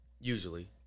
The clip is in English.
usually